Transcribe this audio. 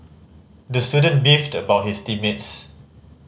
the student beefed about his team mates